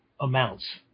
amounts